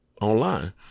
online